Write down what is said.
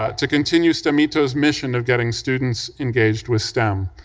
ah to continue stemito's mission of getting students engaged with stem.